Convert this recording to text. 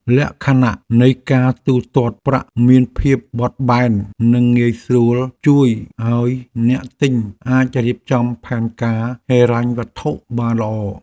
លក្ខខណ្ឌនៃការទូទាត់ប្រាក់មានភាពបត់បែននិងងាយស្រួលជួយឱ្យអ្នកទិញអាចរៀបចំផែនការហិរញ្ញវត្ថុបានល្អ។